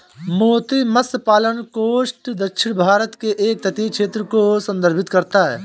मोती मत्स्य पालन कोस्ट दक्षिणी भारत के एक तटीय क्षेत्र को संदर्भित करता है